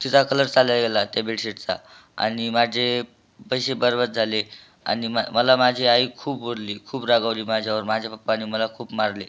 तिचा कलर चालला गेला त्या बेडशीटचा आणि माझे पैसे बर्बाद झाले आणि मला माझी आई खूप बोलली खूप रागावली माझ्यावर माझ्या पप्पांनी मला खूप मारले